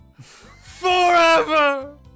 FOREVER